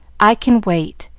i can wait.